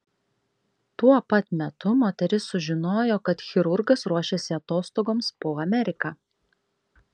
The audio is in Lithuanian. tuo pat metu moteris sužinojo kad chirurgas ruošiasi atostogoms po ameriką